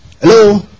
Hello